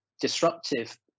disruptive